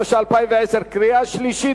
התש"ע 2010. קריאה שלישית,